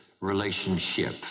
relationship